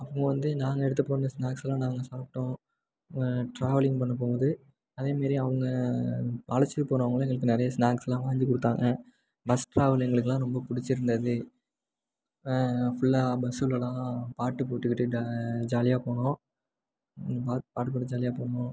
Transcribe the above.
அப்புறம் வந்து நாங்கள் எடுத்துட்டு போன ஸ்நாக்ஸ்லாம் நாங்கள் சாப்பிட்டோம் ட்ராவலிங் பண்ணும் போது அதே மாரி அவங்க அழைச்சிட்டு போகிறவங்களும் எங்களுக்கு நெறைய ஸ்நாக்ஸ்லாம் வாங்கி கொடுத்தாங்க பஸ் ட்ராவல் எங்களுக்கெலாம் ரொம்ப பிடிச்சிருந்தது ஃபுல்லாக பஸ்ஸுலெலாம் பாட்டு போட்டுக்கிட்டு டா ஜாலியாக போனோம் பாட்டு போட்டு ஜாலியாக போனோம்